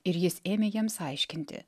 ir jis ėmė jiems aiškinti